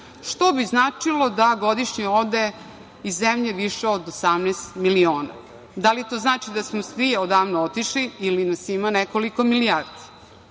što bi značilo da godišnje ode iz zemlje više od 18 miliona. Da li to znači da smo svi odavno otišli ili nas ima nekoliko milijardi? Sve